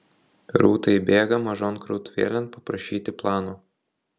rūta įbėga mažon krautuvėlėn paprašyti plano